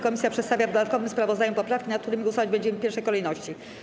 Komisja przedstawia w dodatkowym sprawozdaniu poprawki, nad którymi głosować będziemy w pierwszej kolejności.